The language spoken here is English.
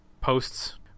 posts